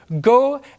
go